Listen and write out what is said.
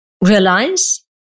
realize